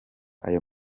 ayo